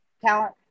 talent